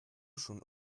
schon